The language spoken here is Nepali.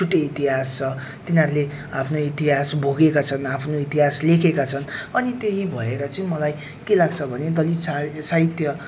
छुट्टै इतिहास छ तिनीहरूले आफ्नै इतिहास भोगेका छन् आफ्नो इतिहास लेखेका छन् अनि त्यही भएर चाहिँ मलाई के लाग्छ भने दलित सा साहित्य